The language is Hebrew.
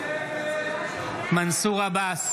בעד מנסור עבאס,